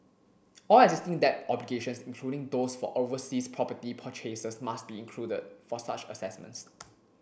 all existing debt obligations including those for overseas property purchases must be included for such assessments